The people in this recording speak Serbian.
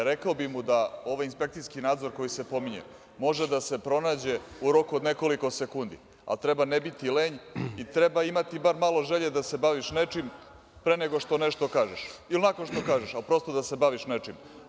Rekao bi mu da inspekcijski nadzor koji se pominje može da se pronađe u roku od nekoliko sekundi, ali treba ne biti lenj i treba imati bar malo želje da se baviš nečim, pre nego što nešto kažeš, ili nakon što kažeš, ali prosto da se baviš nečim.